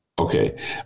Okay